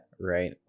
right